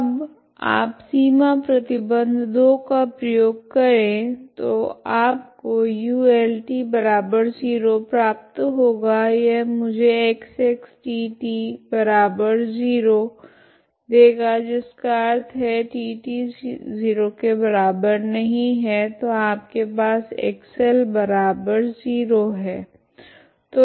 अब आप सीमा प्रतिबंध 2 का प्रयोग करे तो आपको uLt0 प्राप्त होगा यह मुझे XT0 देगा जिसका अर्थ है T ≠0 तो आपके पास X0 है